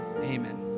amen